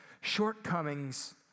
Shortcomings